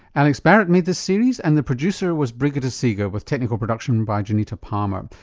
alex barratt made this series and the producer was brigitte seega with technical production by janita palmer.